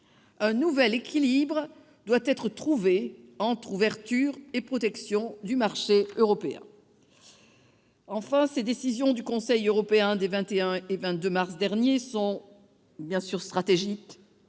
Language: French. Un nouvel équilibre doit être trouvé entre ouverture et protection du marché européen. Ces décisions du Conseil européen des 21 et 22 mars dernier sont donc stratégiques